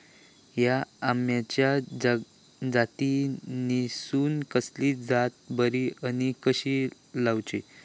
हया आम्याच्या जातीनिसून कसली जात बरी आनी कशी लाऊची?